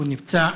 הוא נפצע,